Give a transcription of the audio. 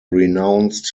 renounced